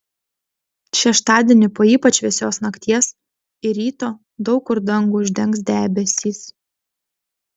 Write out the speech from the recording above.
šeštadienį po ypač vėsios nakties ir ryto daug kur dangų uždengs debesys